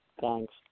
Thanks